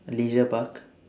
leisure park